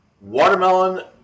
watermelon